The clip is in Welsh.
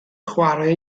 chwarae